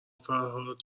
فرهاد